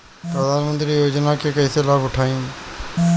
प्रधानमंत्री योजना के कईसे लाभ उठाईम?